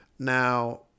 Now